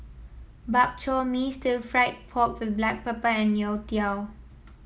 Bak Chor Mee Stir Fried Pork with Black Pepper and youtiao